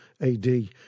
AD